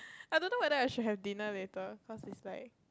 I don't know whether I should have dinner later cause is like